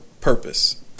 purpose